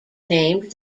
named